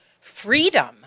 freedom